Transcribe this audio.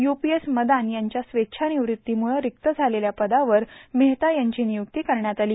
UPS Madan यांच्या स्वेच्छानिवृत्तीमुळे रिक्त झालेल्या पदावर मेहता यांची नियुक्ती करण्यात आली